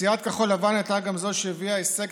סיעת כחול לבן הייתה גם זו שהביאה הישג